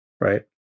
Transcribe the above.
right